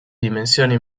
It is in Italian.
dimensioni